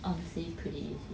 honestly pretty easy